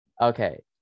okay